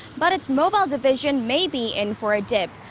but, its mobile division may be in for a dip.